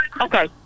Okay